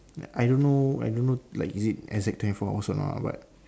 like I don't I don't know like is it exact twenty fours hours or not but